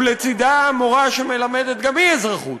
ולצדה מורה שמלמדת גם היא אזרחות,